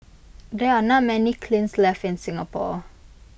there are not many kilns left in Singapore